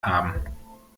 haben